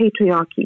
patriarchy